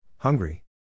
Hungry